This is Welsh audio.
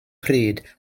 pryd